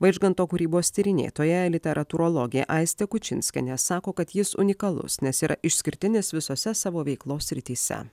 vaižganto kūrybos tyrinėtoja literatūrologė aistė kučinskienė sako kad jis unikalus nes yra išskirtinis visose savo veiklos srityse